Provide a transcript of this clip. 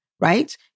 right